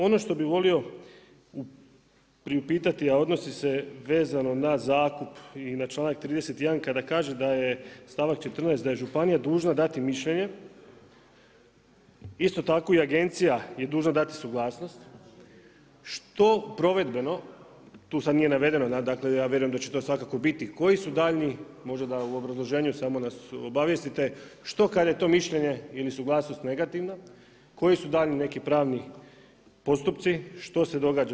Ono što bi volio priupitati, a odnosi se vezano na zakup i na članak 31. kada kaže da je stavak 14. da je županija dužna dati mišljenje, isto tako i agencija je dužna dati suglasnost što provedbeno, tu sada nije navedeno, a ja vjerujem da će to svakako biti, koji su daljnji, možda da u obrazloženju samo nas obavijestite, što kada je to mišljenje ili suglasnost negativna, koji su daljnji neki pravni postupci, što se događa.